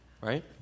right